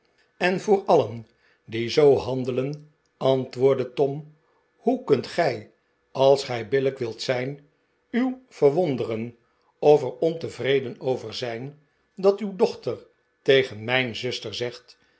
en voor alien die zoo handelen antwoordde tom hoe kunt gij als gij billijk wilt zijn u verwonderen of er ontevreden over zijn dat uw dochter tegen mijn zuster zegt